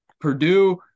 Purdue